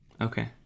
Okay